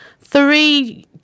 three